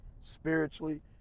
spiritually